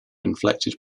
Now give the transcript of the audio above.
inflected